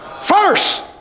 First